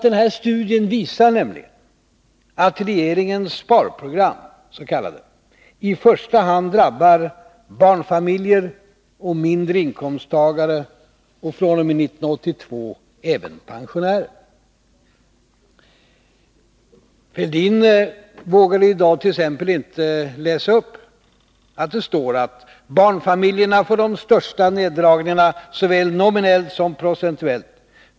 Den här studien visar nämligen att regeringens s.k. sparprogram i första hand drabbar barnfamiljer och mindre inkomsttagare — fr.o.m. 1982 även pensionärer. Thorbjörn Fälldin vågade i dag t.ex. inte läsa upp att: Barnfamiljerna får de största neddragningarna, såväl nominellt som procentuellt.